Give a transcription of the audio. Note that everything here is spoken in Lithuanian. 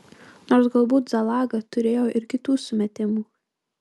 nors galbūt zalaga turėjo ir kitų sumetimų